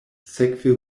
sekve